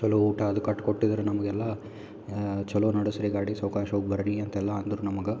ಚಲೋ ಊಟ ಅದು ಕಟ್ಕೋಟ್ಟಿದ್ರು ನಮಗೆಲ್ಲಾ ಚಲೋ ನಡೆಸಿರಿ ಗಾಡಿ ಸಾವ್ಕಾಶ ಹೋಗಿ ಬರೋನಿ ಅಂತೆಲ್ಲಅಂದ್ರು ನಮಗೆ